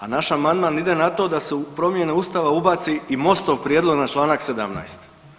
A naš amandman ide na to da se u promjene Ustava ubaci i MOST-ov prijedlog na Članak 17.